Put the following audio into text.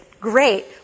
great